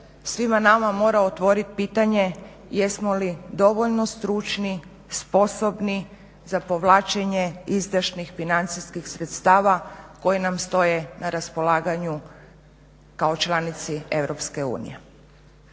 svima nama mora otvoriti pitanje jesmo li dovoljno stručni, sposobni za povlačenje izdašnih financijskih sredstava koja nam stoje na raspolaganju kao članici EU.